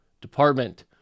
department